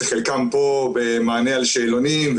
חלקם פה במענה על שאלונים,